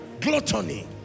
gluttony